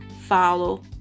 follow